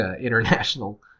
international